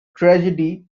tragedy